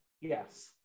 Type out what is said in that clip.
yes